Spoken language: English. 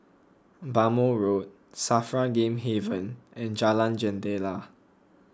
Bhamo Road Safra Game Haven and Jalan Jendela